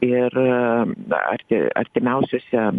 ir arti artimiausiose